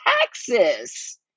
taxes